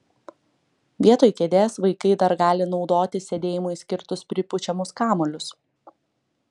vietoj kėdės vaikai dar gali naudoti sėdėjimui skirtus pripučiamus kamuolius